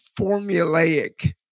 formulaic